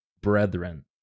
brethren